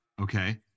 okay